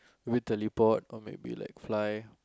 with teleport or maybe like fly